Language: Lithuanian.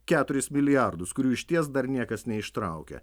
keturis milijardus kurių išties dar niekas neištraukė